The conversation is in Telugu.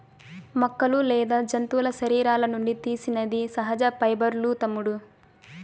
మొక్కలు లేదా జంతువుల శరీరాల నుండి తీసినది సహజ పైబర్లూ తమ్ముడూ